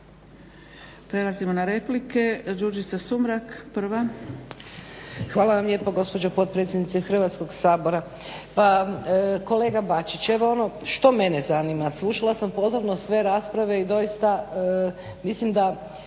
Prelazimo na replike. Đurđica Sumrak prva.